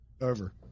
Over